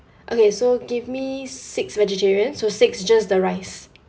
okay so give me six vegetarian so six just the rice